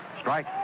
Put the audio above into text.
Strike